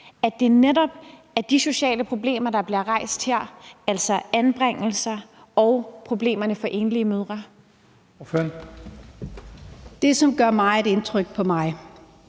til netop de sociale problemer, der bliver rejst her, altså anbringelser og problemer for enlige mødre. Kl. 12:52 Første næstformand